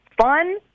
fun